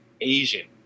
Asian